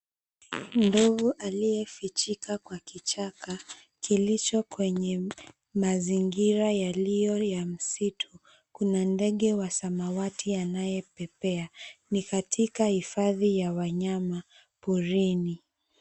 Ndovu aliyefichika kwa kichaka kilicho kwenye mazingira yaliyo ya msitu. Kuna ndege wa samawati anayepepea. Ni katika hifadhi ya wanyama porini.